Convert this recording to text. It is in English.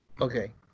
Okay